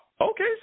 Okay